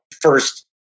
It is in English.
first